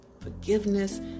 forgiveness